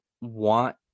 want